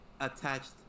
Attached